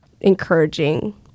encouraging